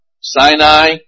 Sinai